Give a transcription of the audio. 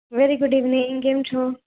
very good evening કેમ છો